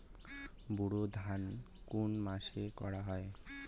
বোরো ধান কোন মাসে করা হয়?